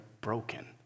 broken